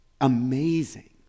amazing